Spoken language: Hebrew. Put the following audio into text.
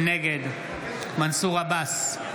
נגד מנסור עבאס,